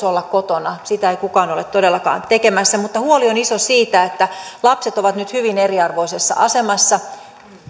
olla kotona sitä ei kukaan ole todellakaan tekemässä mutta huoli on iso siitä että lapset ovat nyt hyvin eriarvoisessa asemassa